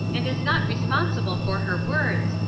and is not responsible for her words,